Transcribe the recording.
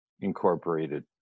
Incorporated